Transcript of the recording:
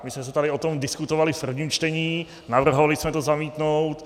My jsme tady o tom diskutovali v prvním čtení, navrhovali jsme to zamítnout.